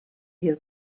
hier